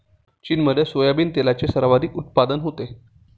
चीनमध्ये सोयाबीन तेलाचे सर्वाधिक उत्पादन होते